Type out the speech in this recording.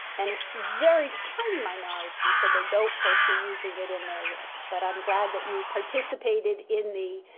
and a so very tiny minority said they don't foresee using it in their work, but i'm glad that you participated in the